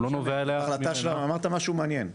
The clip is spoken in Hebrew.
הוא לא נובע מ- -- אמרת משהו מעניין,